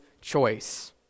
choice